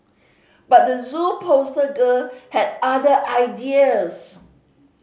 but the Zoo poster girl had other ideas